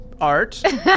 art